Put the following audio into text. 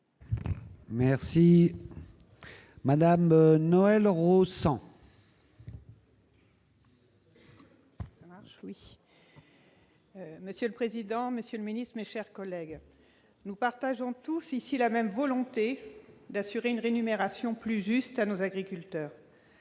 sur l'article. Monsieur le président, monsieur le ministre, mes chers collègues, nous partageons tous ici la même volonté d'assurer une rémunération plus juste à nos agriculteurs.